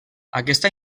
aquesta